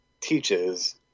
teaches